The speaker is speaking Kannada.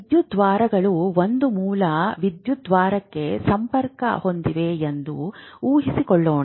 ವಿದ್ಯುದ್ವಾರಗಳು ಒಂದು ಮೂಲ ವಿದ್ಯುದ್ವಾರಕ್ಕೆ ಸಂಪರ್ಕ ಹೊಂದಿವೆ ಎಂದು ಊಹಿಸಿಕೊಳೋಣ